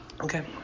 Okay